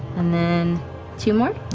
and then two more?